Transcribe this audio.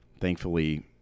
Thankfully